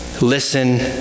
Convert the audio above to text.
Listen